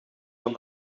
van